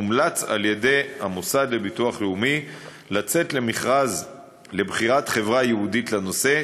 יומלץ על-ידי המוסד לביטוח לאומי לצאת למכרז לבחירת חברה ייעודית לנושא,